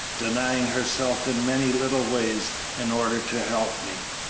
denying herself in many little ways in order to help me.